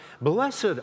blessed